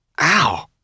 Ow